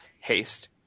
haste